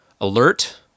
alert